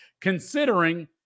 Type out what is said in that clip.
considering